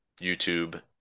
YouTube